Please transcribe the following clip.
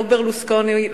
לא ברלוסקוני,